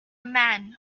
man